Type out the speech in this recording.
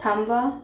थांबवा